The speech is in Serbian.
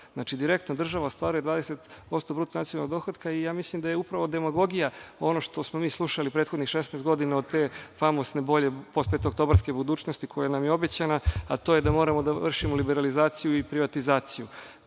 država. Direktno država ostvaruje 20% bruto nacionalnog dohotka i ja mislim da je upravo demagogija ono što smo mi slušali prethodnih 16 godina od te famozne bolje postpetooktobarske budućnosti koja nam je obećana, a to je da moramo da vršimo liberalizaciju i privatizaciju.